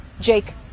Jake